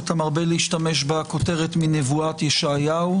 אתה מרבה להשתמש בכותרת מנבואת ישעיהו,